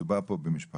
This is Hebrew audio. מדובר פה במשפחות